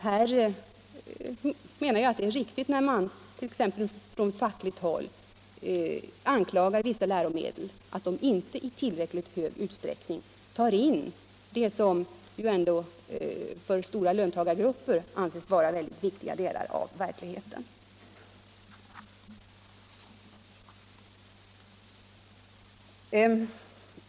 Här menar jag att det är riktigt när man 1. ex. från fackligt håll anklagar vissa läromedel för att de inte i tillräcklig utsträckning innehåller det som ändå av stora löntagargrupper anses vara mycket viktiga delar av verkligheten.